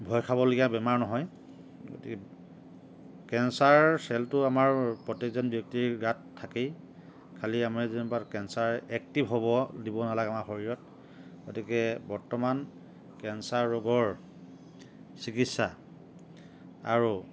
ভয় খাবলগীয়া বেমাৰ নহয় গতিকে কেঞ্চাৰ চেলটো আমাৰ প্ৰত্যেকজন ব্যক্তিৰ গাত থাকেই খালি আমি যেনিবা কেঞ্চাৰ একটিভ হ'ব দিব নালাগে আমাৰ শৰীৰত গতিকে বৰ্তমান কেঞ্চাৰ ৰোগৰ চিকিৎসা আৰু